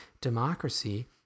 democracy